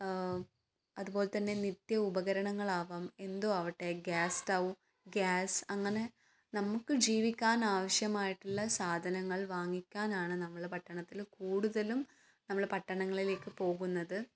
അതുപോലെ തന്നെ നിത്യോപകരണങ്ങളാവാം എന്തും ആവട്ടെ ഗ്യാസ് സ്റ്റവ് ഗ്യാസ് അങ്ങനെ നമുക്ക് ജീവിക്കാൻ ആവശ്യമായിട്ടുള്ള സാധനങ്ങൾ വാങ്ങിക്കാനാണ് നമ്മൾ പട്ടണത്തിൽ കൂടുതലും നമ്മൾ പട്ടണങ്ങളിലേക്ക് പോകുന്നത്